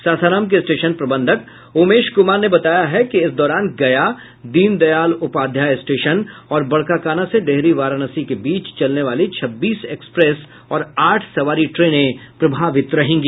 सासाराम के स्टेशन प्रबंधक उमेश कुमार ने बताया है कि इस दौरान गया दीनदयाल उपाध्याय स्टेशन और बड़काकाना से डेहरी वाराणसी के बीच चलने वाली छब्बीस एक्सप्रेस और आठ सवारी ट्रेनें प्रभावित रहेंगी